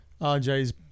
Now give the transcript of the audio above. RJ's